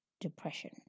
depression